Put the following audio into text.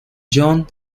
john